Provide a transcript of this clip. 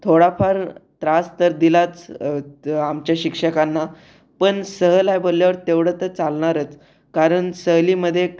थोडाफार त्रास तर दिलाच तआमच्या शिक्षकांना पण सहल आहे बोलल्यावर तेवढं तर चालणारच कारण सहलीमध्ये